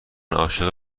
عاشق